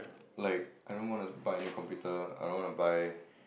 like I don't wanna buy any computer I don't wanna buy